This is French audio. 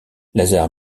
lazar